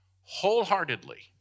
Wholeheartedly